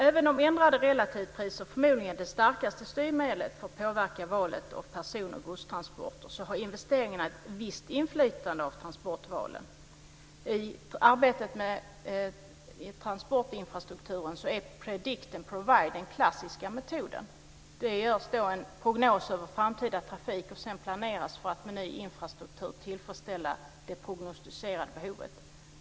Även om ändrade relativpriser förmodligen är det starkaste styrmedlet för att påverka valet av personoch godstransporter har investeringarna ett visst inflytande vid transportvalen. I arbetet med transportinfrastrukturen är predict and provide den klassiska metoden. Det görs en prognos över framtida trafik, och sedan planeras för att med ny infrastruktur tillfredsställa det prognostiserade behovet.